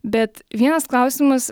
bet vienas klausimas